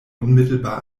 unmittelbar